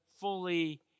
fully